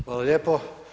Hvala lijepo.